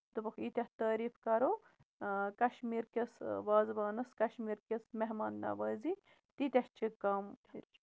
دوٚپُکھ ییٖتیاہ تٲریٖف کَرو کَشمیٖر کِس وازوانَس کَشمیٖر کِس مہمان نَوٲزی تیٖتیاہ چھِ کَم